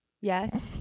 yes